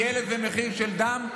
יהיה לזה מחיר של דם,